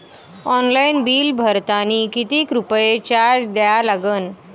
Online bill भरतानी कितीक रुपये चार्ज द्या लागन?